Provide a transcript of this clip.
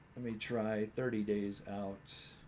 let me try thirty days out